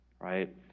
right